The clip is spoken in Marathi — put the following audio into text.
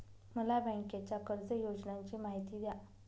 मला बँकेच्या कर्ज योजनांची माहिती द्या